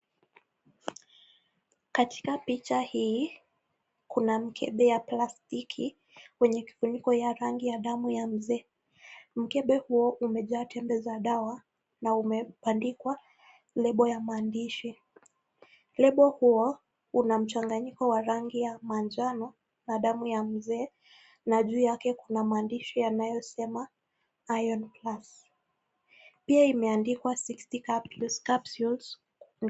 Katika picha hii, kuna mkebe ya plastiki yenye kifuniko ya rangi ya damu ya mzee. Mkebe huo umejaa tembe za dawa na umebandikwa [label] ya maandishi. [Label] huo unamchanganyiko ya rangi ya manjano na damu ya mzee na juu yake kuna maandishi yanayosema [Iron Plus]. Pia imeandikwa 60 [capsules]